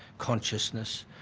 consciousness.